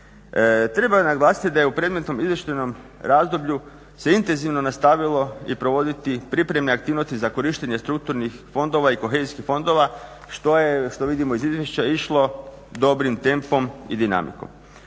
Treba naglasiti da je u predmetnom izvještajnom razdoblju se intenzivno nastavilo i provoditi pripremne aktivnosti za korištenje strukturnih fondova i kohezijskih fondova, što je vidimo iz izvješća išlo dobrim tempom i dinamikom.